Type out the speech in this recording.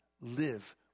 live